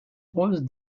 pause